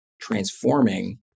transforming